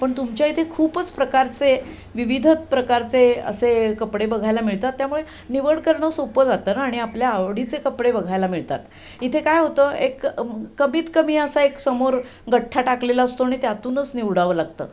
पण तुमच्या इथे खूपच प्रकारचे विविध प्रकारचे असे कपडे बघायला मिळतात त्यामुळे निवड करणं सोपं जातं ना आणि आपल्या आवडीचे कपडे बघायला मिळतात इथे काय होतं एक कमीत कमी असा एक समोर गठ्ठा टाकलेला असतो आणि त्यातूनच निवडावं लागतं